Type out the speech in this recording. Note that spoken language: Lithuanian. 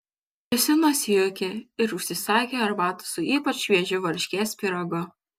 visi nusijuokė ir užsisakė arbatos su ypač šviežiu varškės pyragu